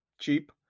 cheap